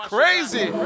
Crazy